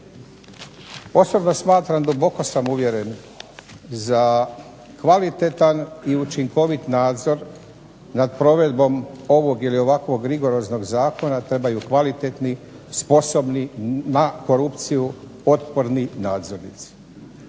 Osobno smatram, duboko sam uvjeren, za kvaliteta i učinkovit nadzor nad provedbom ovog ili ovakvog rigoroznog zakona trebaju kvalitetni, sposobni, na korupciju otporni nadzornici.